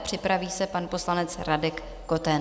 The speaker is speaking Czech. Připraví se pan poslanec Radek Koten.